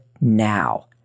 now